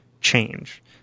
change